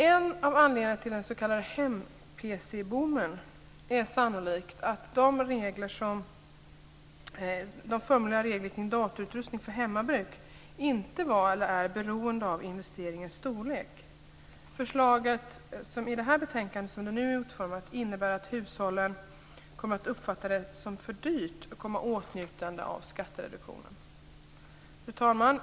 En av anledningarna till den s.k. hem-pc-boomen är sannolikt att de förmånliga reglerna om datautrustning för hemmabruk inte är beroende av investeringens storlek. Som förslaget i det här betänkandet är utformat innebär det att hushållen kommer att uppfatta det som för dyrt att komma i åtnjutande av skattereduktionen. Fru talman!